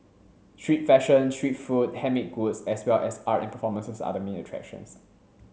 street fashion street food handmade goods as well as art and performances are the main attractions